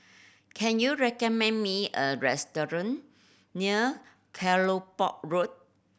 can you recommend me a restaurant near Kelopak Road